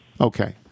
Okay